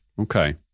Okay